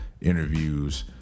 interviews